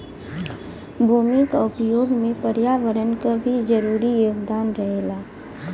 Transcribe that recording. भूमि क उपयोग में पर्यावरण क भी जरूरी योगदान रहेला